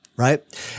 Right